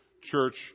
church